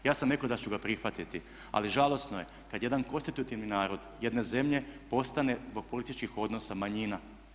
Ja sam rekao da ću ga prihvatiti ali žalosno je kad jedan konstitutivni narod jedne zemlje postane zbog političkih odnosa manjina.